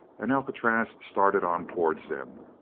and alcatraz started on towards them.